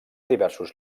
diversos